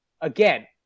again